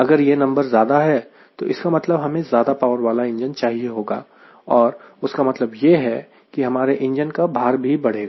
अगर यह नंबर ज्यादा है तो इसका मतलब हमें ज्यादा पावर वाला इंजन चाहिए होगा और उसका मतलब यह है कि हमारे इंजन का भार भी बढ़ेगा